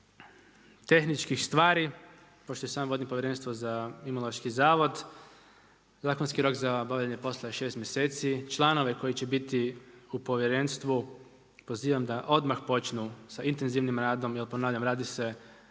tehnički stvar, pošto i sam vodim povjerenstvo za Imunološki zavod, zakonski rok za obavljanje poslova je 6 mjeseci, članove koji će biti u povjerenstvu pozivam da odmah počnu sa intenzivnim radom jer ponavljam radi se